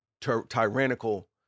tyrannical